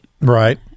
Right